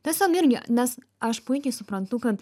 tiesiog irgi nes aš puikiai suprantu kad